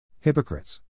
Hypocrites